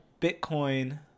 Bitcoin